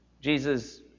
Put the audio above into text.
Jesus